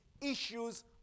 issues